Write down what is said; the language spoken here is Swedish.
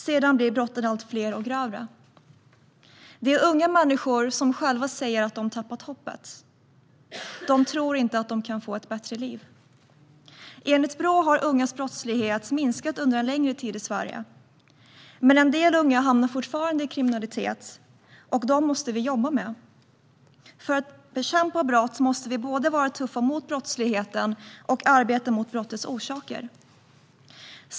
Sedan blir brotten allt fler och grövre. Det är unga människor som själva säger att de tappat hoppet. De tror inte att de kan få ett bättre liv. Enligt Brå har ungas brottslighet minskat under en längre tid i Sverige. Men en del unga hamnar fortfarande i kriminalitet, och dem måste vi jobba med. För att bekämpa brott måste vi både vara tuffa mot brottsligheten och arbeta mot brottets orsaker.